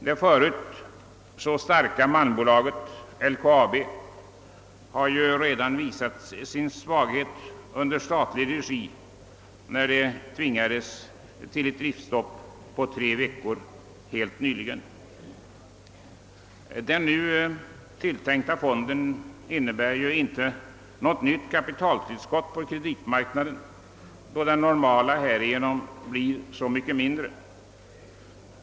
Det förut så starka malmbolaget LKAB har ju redan visat sin svaget under statlig regi, när det tvingades till ett driftstopp på tre veckor helt nyligen. Den nu tilltänkta fonden innebär inte något nytt kapitaltillskott på kreditmarknaden, då det normalt förekommande kapitalet härigenom blir så mycket mindre.